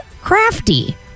crafty